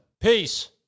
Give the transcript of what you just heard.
Peace